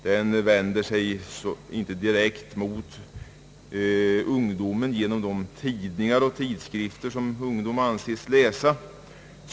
Reklam för cigarretter får enligt denna överenskommelse inte förekomma i tidningar och tidskrifter som framför allt ungdom anses läsa.